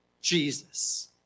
Jesus